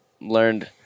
learned